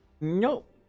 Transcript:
Nope